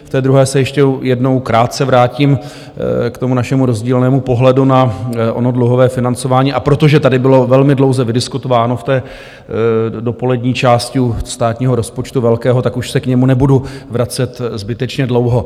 V té druhé se ještě jednou krátce vrátím k našemu rozdílnému pohledu na ono dluhové financování, a protože tady bylo velmi dlouze vydiskutováno v dopolední části u státního rozpočtu velkého, už se k němu nebudu vracet zbytečně dlouho.